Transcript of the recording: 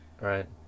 Right